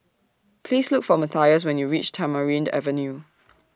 Please Look For Matthias when YOU REACH Tamarind Avenue